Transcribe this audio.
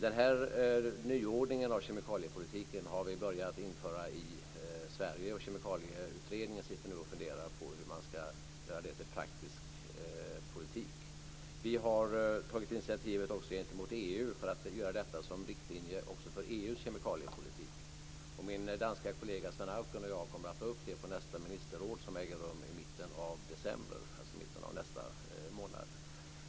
Den här nyordningen av kemikaliepolitiken har vi börjat införa i Sverige. Kemikalieutredningen funderar nu på hur man ska göra detta till praktisk politik. Vi har tagit initiativet också gentemot EU för att göra detta som riktlinje också för EU:s kemikaliepolitik. Min danske kollega Svend Auken och jag kommer att ta upp detta på nästa ministerråd som äger rum i mitten av december.